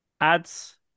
Ads